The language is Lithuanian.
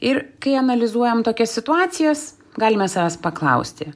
ir kai analizuojam tokias situacijas galime savęs paklausti